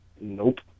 nope